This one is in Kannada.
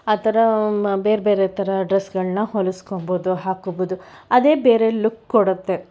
ಆ ಥರ ಬೇರೆ ಬೇರೆ ಥರ ಡ್ರೆಸ್ಗಳನ್ನ ಹೊಲಿಸ್ಕೋಬೋದು ಹಾಕೋಬೋದು ಅದೇ ಬೇರೆ ಲುಕ್ ಕೊಡುತ್ತೆ